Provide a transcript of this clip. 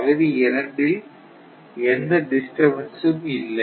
பகுதி இரண்டில் எந்த டிஸ்டர்பன்ஸ் ம் இல்லை